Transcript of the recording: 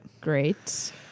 Great